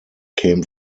came